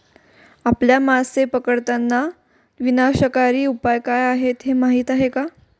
आपल्या मासे पकडताना विनाशकारी उपाय काय आहेत हे माहीत आहे का?